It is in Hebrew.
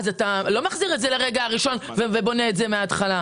אתה לא מחזיר את זה לרגע הראשון ובונה מהתחלה.